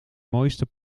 mooiste